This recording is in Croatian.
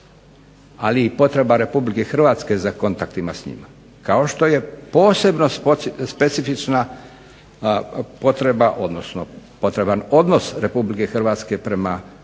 ali i potreba RH za kontaktima s njima. Kao što je posebno specifična potreba, odnosno potreban odnos RH prema Hrvatima u BiH. Hrvatskim